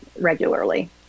regularly